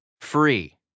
free